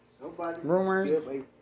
Rumors